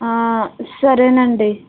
సరేనండి